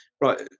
right